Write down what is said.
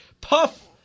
Puff